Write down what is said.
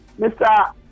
Mr